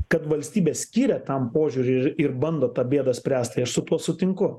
kad valstybė skiria tam požiūriui ir ir bando tą bėdą spręst tai aš su tuo sutinku